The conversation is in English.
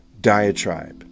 diatribe